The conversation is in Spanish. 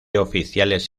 oficiales